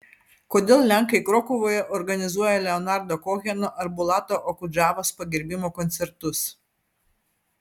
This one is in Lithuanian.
kodėl lenkai krokuvoje organizuoja leonardo koheno ar bulato okudžavos pagerbimo koncertus